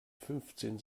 fünfzehn